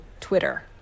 Twitter